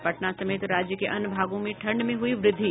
और पटना समेत राज्य के अन्य भागों में ठंड में हुई वृद्धि